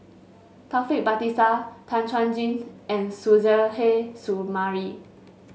Taufik Batisah Tan Chuan Jin and Suzairhe Sumari